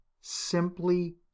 simply